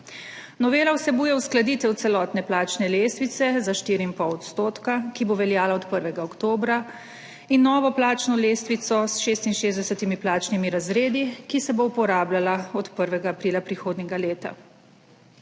Novela vsebuje uskladitev celotne plačne lestvice za 4,5 %, ki bo veljala od 1. oktobra, in novo plačno lestvico s 66 plačnimi razredi, ki se bo uporabljala od 1. aprila prihodnjega leta.